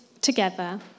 together